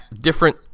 different